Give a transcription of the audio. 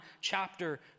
chapter